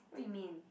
what you mean